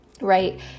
right